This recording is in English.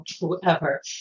whoever